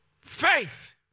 faith